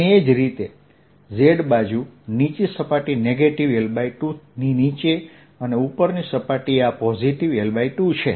અને એ જ રીતે Z બાજુ નીચી સપાટી નેગેટીવ L 2 ની નીચે અને ઉપરની સપાટી આ પોઝિટિવ L2 છે